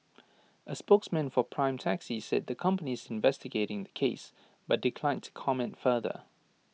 A spokesman for prime taxi said that the company is investigating the case but declined to comment further